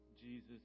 Jesus